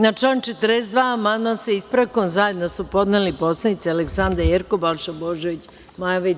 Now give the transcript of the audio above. Na član 42. amandman sa ispravkom zajedno su podneli poslanici Aleksandra Jerkov, Balša Božović i Maja Videnović.